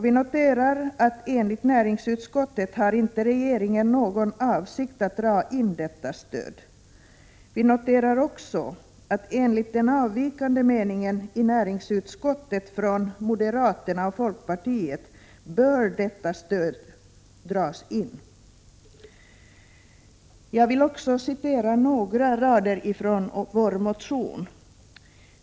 Vi noterar att regeringen enligt näringsutskottet inte har någon avsikt att dra bort detta stöd. Vi noterar också att detta stöd enligt den avvikande meningen i näringsutskottet från moderaterna och folkpartiet bör dras in. Jag vill också citera några rader ur vår motion.